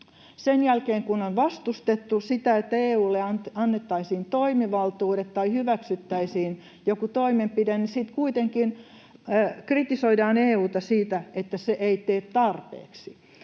sen jälkeen, kun on vastustettu sitä, että EU:lle annettaisiin toimivaltuudet tai hyväksyttäisiin joku toimenpide, kuitenkin kritisoidaan EU:ta siitä, että se ei tee tarpeeksi.